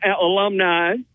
alumni